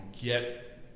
get